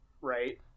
right